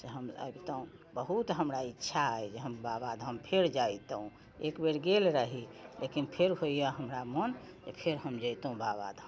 से हम अबितहुँ बहुत हमरा इच्छा अइ जे हम बाबाधाम फेर जैतहुँ एक बेर गेल रही लेकिन फेर होइए हमरा मन जे फेर हम जैतहुँ बाबाधाम